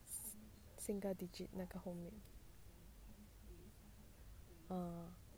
single digit 那个后面